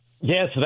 Yes